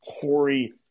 Corey